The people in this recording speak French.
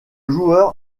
joueur